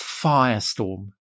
firestorm